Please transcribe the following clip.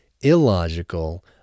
illogical